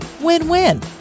Win-win